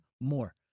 more